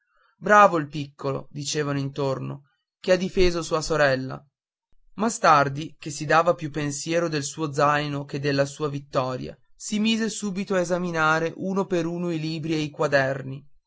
bravo il piccolo dicevano intorno che ha difeso sua sorella ma stardi che si dava più pensiero del suo zaino che della sua vittoria si mise subito a esaminare uno per uno i libri e i quaderni